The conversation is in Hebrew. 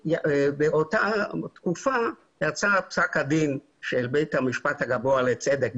באותה תקופה יצא פסק הדין של בית המשפט הגבוה לצדק,